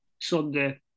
Sunday